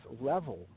level